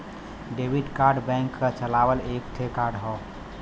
debit card bank क चलावल एक ठे कार्ड हौ